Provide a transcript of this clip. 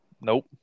Nope